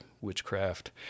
witchcraft